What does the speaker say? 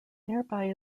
nearby